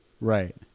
Right